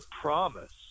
promise